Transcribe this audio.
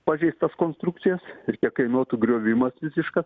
pažeistas konstrukcijas ir kiek kainuotų griovimas visiškas